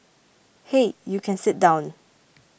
hey you can sit down